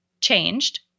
changed